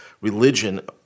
religion